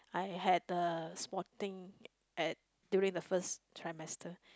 I had the spotting at during the first trimester